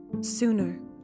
Sooner